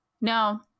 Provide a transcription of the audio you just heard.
No